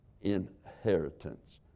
inheritance